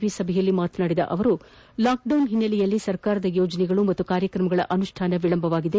B ಸಭೆಯಲ್ಲಿ ಮಾತನಾಡಿದ ಸಚಿವರು ಲಾಕ್ ಡೌನ್ ಹಿನ್ನೆಲೆಯಲ್ಲಿ ಸರ್ಕಾರದ ಯೋಜನೆಗಳು ಮತ್ತು ಕಾರ್ಯತ್ರಮಗಳ ಅನುಷ್ಠಾನ ವಿಳಂಬವಾಗಿದೆ